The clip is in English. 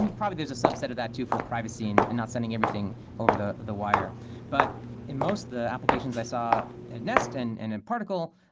and probably there's a subset of that too for privacy and and not sending everything over the the wire but in most of the applications i saw at nest and at and and particle,